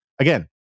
Again